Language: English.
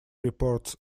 reports